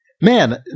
man